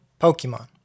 Pokemon